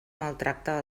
maltracta